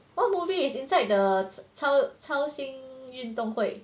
what movie is inside the 操操心运动会